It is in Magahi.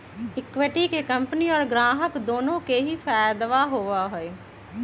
इक्विटी के कम्पनी और ग्राहक दुन्नो के ही फायद दा होबा हई